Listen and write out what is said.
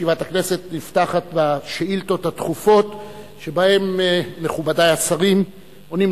ישיבת הכנסת נפתחת בשאילתות הדחופות שבהן מכובדי השרים עונים